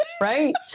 Right